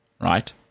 right